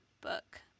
book